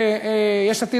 ויש עתיד,